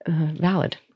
Valid